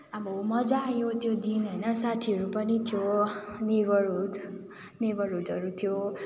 अब मजा आयो त्यो दिन होइन साथीहरू पनि थियो नेबरहुड नेबरहुडहरू थियो